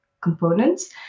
components